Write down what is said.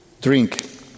drink